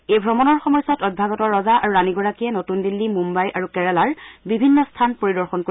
এই ভ্ৰমণৰ সময়ছোৱাত অভ্যাগত ৰজা আৰু ৰাণীগৰাকীয়ে নতূন দিল্লী মুম্বাই আৰু কেৰালাৰ বিভিন্ন স্থান পৰিদৰ্শন কৰিব